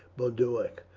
boduoc.